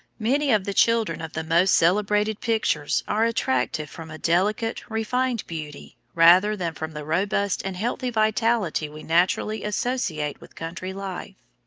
many of the children of the most celebrated pictures are attractive from a delicate, refined beauty, rather than from the robust and healthy vitality we naturally associate with country life.